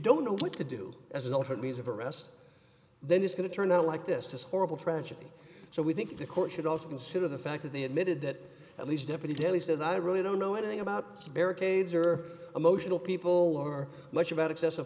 don't know what to do as an alternate means of arrest then it's going to turn out like this horrible tragedy so we think the court should also consider the fact that they admitted that at least deputy daly says i really don't know anything about the barricades or emotional people or much about excessive